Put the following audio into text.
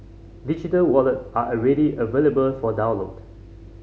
digital wallet are already available for download